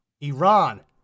Iran